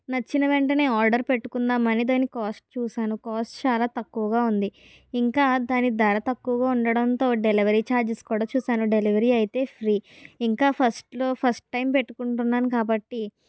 నచ్చిన వెంటనే ఆర్డర్ పెట్టుకుందామని దానికి కాస్ట్ చూశాను కాస్ట్ చాలా తక్కువగా ఉంది ఇంకా దాని ధర తక్కువ ఉండటంతో డెలివరీ చార్జెస్ కూడా చూశాను డెలివరీ అయితే ఫ్రీ ఇంకా ఫస్ట్ లో ఫస్ట్ టైం పెట్టుకుంటున్నాను కాబట్టి